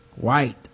white